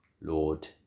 Lord